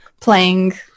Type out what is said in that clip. playing